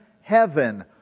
heaven